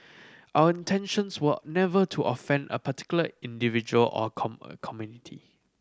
our intentions were never to offend a particular individual or a come community